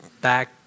back